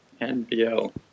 NBL